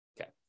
Okay